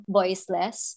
voiceless